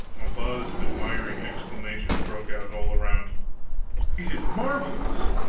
a buzz of admiring exclamations broke out, all around it is marvelous!